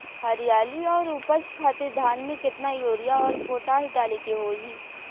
हरियाली और उपज खातिर धान में केतना यूरिया और पोटाश डाले के होई?